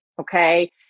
okay